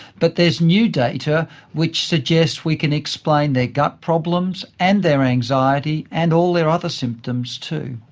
but there is new data which suggests we can explain their gut problems and their anxiety and all their other symptoms too.